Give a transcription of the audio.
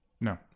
No